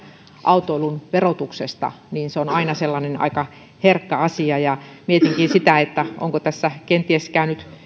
autoilun verotuksesta se on aina sellainen aika herkkä asia mietinkin sitä onko tässä kenties käynyt